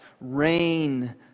rain